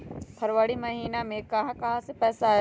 फरवरी महिना मे कहा कहा से पैसा आएल?